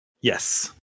Yes